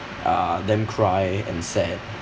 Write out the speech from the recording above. uh them cry and sad